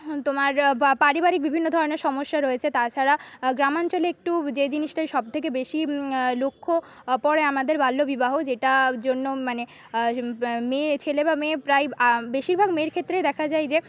তোমার বা পারিবারিক বিভিন্ন ধরনের সমস্যা রয়েছে তাছাড়া গ্রামাঞ্চলে একটু যে জিনিসটা সবথেকে বেশিই লক্ষ্য পড়ে আমাদের বাল্যবিবাহ যেটার জন্য মানে মেয়ে ছেলে বা মেয়ে প্রায় বেশিরভাগ মেয়ের ক্ষেত্রে দেখা যায় যে